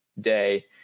day